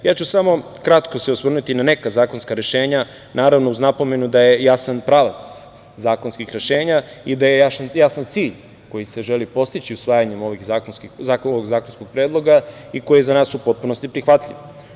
Ja ću se samo kratko osvrnuti na neka zakonska rešenja, a uz napomenu da je jasan pravac zakonskih rešenja i da je jasan cilj koji se želi postići usvajanjem ovog zakonskog predloga i koji je za nas u potpunosti prihvatljiv.